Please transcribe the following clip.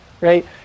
right